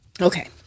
okay